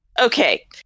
Okay